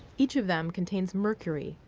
each of them contains mercury,